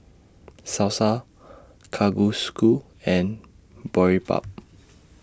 Salsa Kalguksu and Boribap